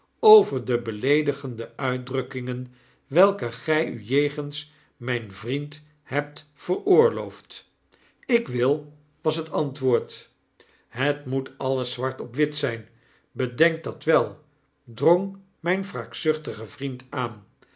over de beleedigende uitdrukkingen welke gij ujegens mijn vriend hebt veroorloofd ik wil was het antwoord het moet alles zwart op wit zijn bedenk dat wel drong mijn wraakzuchtige vriend aan